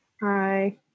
Hi